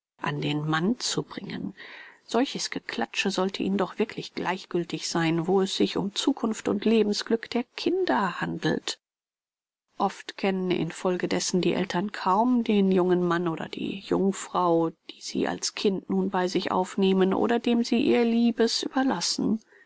an den mann zu bringen solches geklatsche sollte ihnen doch wirklich gleichgültig sein wo es sich um zukunft und lebensglück der kinder handelt oft kennen in folge dessen die eltern kaum den jungen mann oder die jungfrau die sie als kind nun bei sich aufnehmen oder dem sie ihr liebstes überlassen